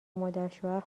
مادرشوهر